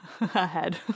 Ahead